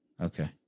Okay